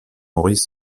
maurice